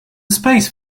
space